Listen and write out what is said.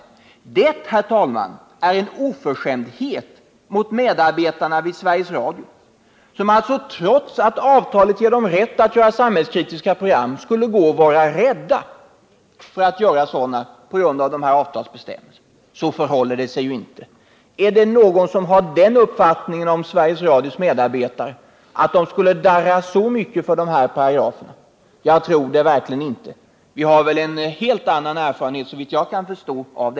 Påståendena härvidlag, herr talman, är en oförskämdhet mot medarbetarna vid Sveriges Radio, som alltså trots att avtalet ger dem rätt att göra samhällskritiska program skulle gå och vara rädda för att göra sådana på grund av de här avtalsbestämmelserna. Så förhåller det sig ju inte. Är det någon som har den uppfattningen om Sveriges Radios medarbetare, att de skulle darra så mycket inför de här paragraferna? Jag tror det verkligen inte. Vi har en helt annan erfarenhet här, såvitt jag kan förstå.